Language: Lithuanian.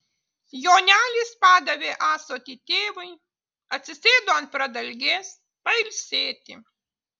jonelis padavė ąsotį tėvui atsisėdo ant pradalgės pailsėti